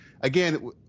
again